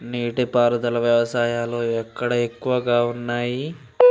నీటి పారుదల వ్యవస్థలు ఎక్కడ ఎక్కువగా ఉన్నాయి?